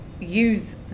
use